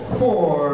four